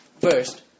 First